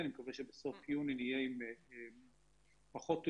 אני מקווה שבסוף יוני נהיה עם פחות או